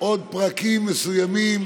עוד פרקים מסוימים